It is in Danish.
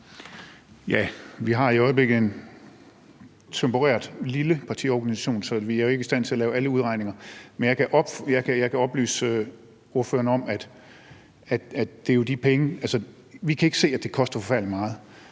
Vi har i øjeblikket en temporært lille partiorganisation, så vi er jo ikke i stand til at lave alle udregninger. Men jeg kan oplyse ordføreren om, at vi ikke kan se, at det koster forfærdelig meget,